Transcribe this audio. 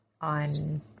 on